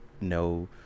no